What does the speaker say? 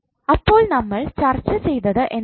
അപ്പോൾ നമ്മൾ ചർച്ച ചെയ്തത് എന്താണ്